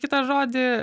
kitą žodį